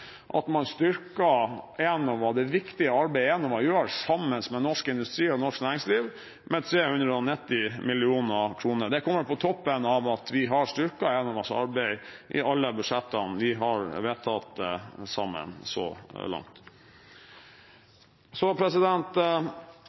at man styrker det viktige arbeidet Enova gjør sammen med norsk industri og norsk næringsliv med 390 mill. kr. Det kommer på toppen av at vi har styrket Enovas arbeid i alle budsjettene vi har vedtatt sammen så langt. Så